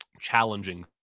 challenging